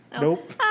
Nope